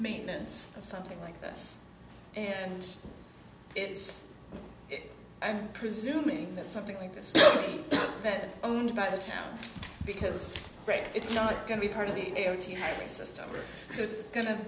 maintenance of something like this and it's i'm presuming that something like this that owned by the town because it's not going to be part of the